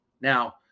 Now